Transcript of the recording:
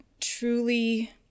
truly